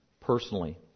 personally